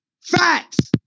Facts